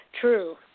True